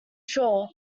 sure